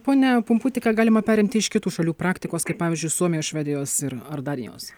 pone pumputi ką galima perimti iš kitų šalių praktikos kaip pavyzdžiui suomijos švedijos ir ar danijos